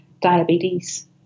diabetes